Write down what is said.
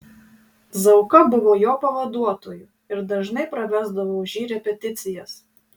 zauka buvo jo pavaduotoju ir dažnai pravesdavo už jį repeticijas